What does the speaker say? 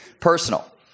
Personal